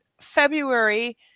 February